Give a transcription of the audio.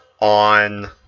on